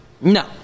No